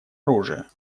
оружия